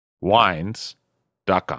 Wines.com